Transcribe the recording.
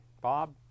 Bob